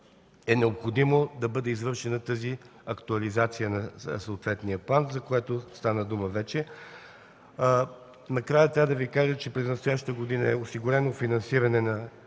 е необходимо да бъде извършена тази актуализация на съответния план, за което стана дума. Накрая, през настоящата година е осигурено финансиране за